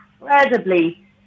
incredibly